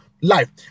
life